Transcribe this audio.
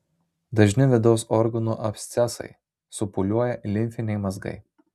dažni vidaus organų abscesai supūliuoja limfiniai mazgai